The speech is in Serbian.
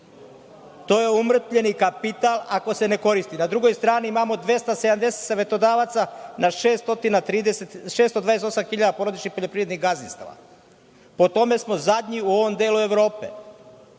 To je umrtvljeni kapital ako se ne koristi. Na drugoj strani imamo 270 savetodavaca na 628.000 porodičnih poljoprivrednih gazdinstava. Po tome smo zadnji u ovom delu Evrope